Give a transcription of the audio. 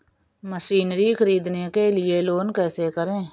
Machinery ख़रीदने के लिए लोन कैसे करें?